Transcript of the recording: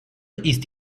ist